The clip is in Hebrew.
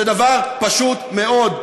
זה דבר פשוט מאוד,